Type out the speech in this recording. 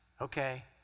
okay